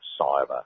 cyber